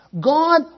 God